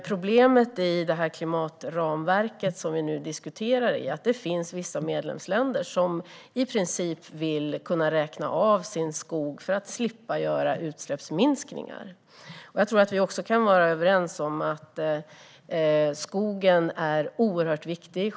Problemet i det klimatramverk vi nu diskuterar är att det finns vissa medlemsländer som i princip vill kunna räkna av sin skog för att slippa göra utsläppsminskningar. Jag tror att vi också kan vara överens om att skogen är oerhört viktig.